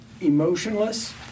emotionless